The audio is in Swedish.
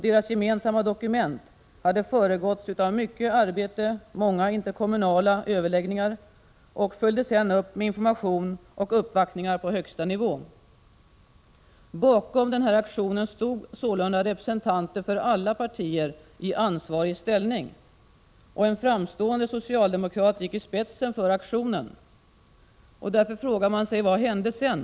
Deras gemensamma dokument hade föregåtts av mycket arbete, många interkommunala överläggningar och följdes sedan upp med information och uppvaktningar på högsta nivå. Bakom aktionen stod sålunda representanter för alla partier i ansvarig ställning. En framstående socialdemokrat gick i spetsen för aktionen. Man frågar sig: Vad hände sedan?